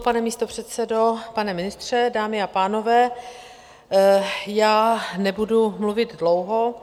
Pane místopředsedo, pane ministře, dámy a pánové, nebudu mluvit dlouho.